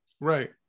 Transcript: right